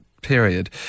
period